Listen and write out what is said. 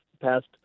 past